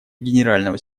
генерального